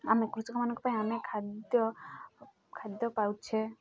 ଆମେ କୃଷକମାନଙ୍କ ପାଇଁ ଆମେ ଖାଦ୍ୟ ଖାଦ୍ୟ ପାଉଛେ